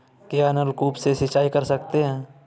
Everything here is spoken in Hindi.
क्या नलकूप से सिंचाई कर सकते हैं?